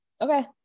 Okay